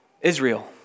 Israel